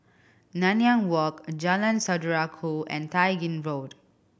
Nanyang Walk and Jalan Saudara Ku and Tai Gin Road